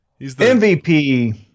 MVP